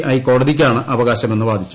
I കോടതിയ്ക്കാണ് അവകാശമെന്ന് വാദിച്ചു